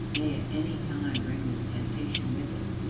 may at any time bring this temptation with it.